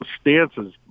stances